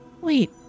Wait